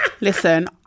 Listen